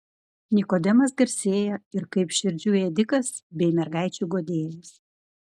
nikodemas garsėja ir kaip širdžių ėdikas bei mergaičių guodėjas